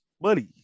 buddy